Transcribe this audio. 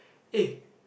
eh